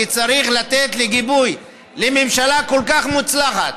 כי צריך לתת גיבוי לממשלה כל כך מוצלחת,